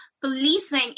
policing